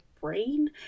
brain